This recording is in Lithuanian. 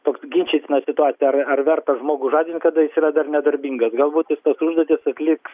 toks ginčytina situacija ar ar verta žmogų žadint kada jis yra dar nedarbingas galbūt jis tas užduotis atliks